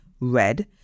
red